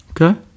okay